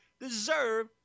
deserve